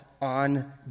on